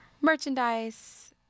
merchandise